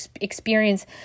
experience